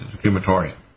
crematorium